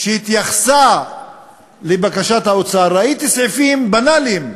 שהתייחסה לבקשת האוצר, ראיתי סעיפים בנאליים,